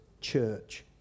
church